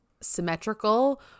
symmetrical